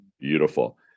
Beautiful